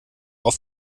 auf